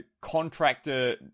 contractor